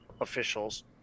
officials –